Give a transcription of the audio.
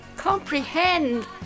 comprehend